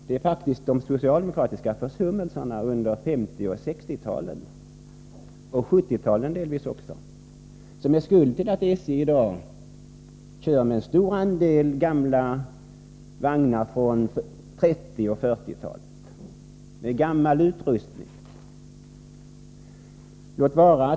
Det är faktiskt de socialdemokratiska försummelserna under 1950 och 1960-talen och delvis också under 1970-talet som är skulden till att SJ i dag kör med en stor andel vagnar med gammal utrustning från 1930 och 1940-talen.